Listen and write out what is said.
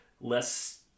less